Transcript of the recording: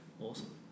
Awesome